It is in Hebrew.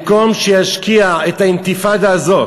במקום שישקיע את האינתיפאדה הזאת